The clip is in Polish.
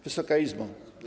Wysoka Izbo!